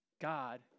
God